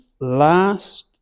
last